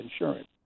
insurance